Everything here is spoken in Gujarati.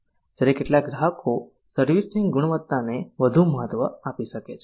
જ્યારે કેટલાક ગ્રાહકો સર્વિસ ની ગુણવત્તાને વધુ મહત્વ આપી શકે છે